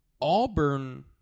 Auburn –